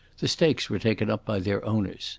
the stakes were taken up by their owners